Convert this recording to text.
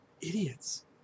idiots